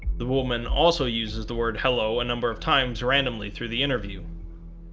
the woman also uses the word hello a number of times randomly through the interview.